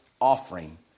offering